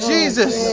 Jesus